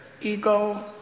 ego